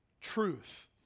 truth